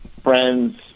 friends